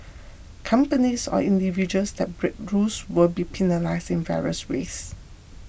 companies or individuals that break rules will be penalised in various ways